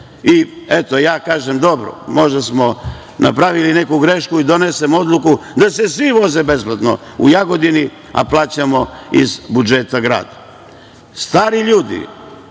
Eto, ja kažem dobro, možda smo napravili neku grešku i donesem odluku da se svi voze besplatno u Jagodini, a plaćamo iz budžeta grada. Stari ljudi